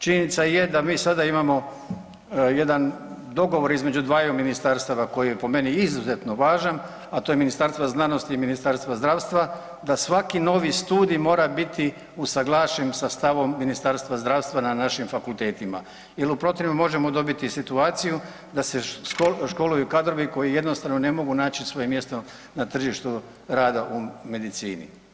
Činjenica je da mi sada imamo jedan dogovor između dvaju ministarstava koji je po meni izuzetno važan, a to je Ministarstvo znanosti i Ministarstvo zdravstva da svaki novi studij mora biti usuglašen sa stavom Ministarstva zdravstva na našim fakultetima jel u protivnom možemo dobiti situaciju da se školuju kadrovi koji jednostavno ne mogu naći svoje mjesto na tržištu rada u medicini.